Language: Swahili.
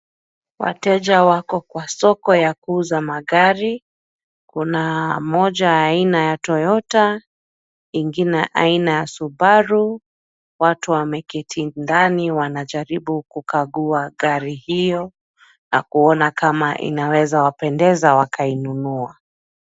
Wateja wako kwa soko ya kuuza magari. Kuna moja aina ya toyota, ingine aina ya subaru. Watu wameketi ndani wanajaribu kukagua gari hio na kuona kama inaweza wapendeza wakainunua.